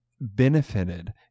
benefited